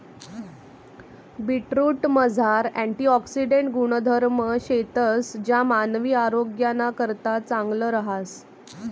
बीटरूटमझार अँटिऑक्सिडेंट गुणधर्म शेतंस ज्या मानवी आरोग्यनाकरता चांगलं रहास